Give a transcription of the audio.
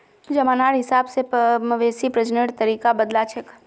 जमानार हिसाब से मवेशी प्रजननेर तरीका बदलछेक